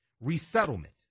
resettlement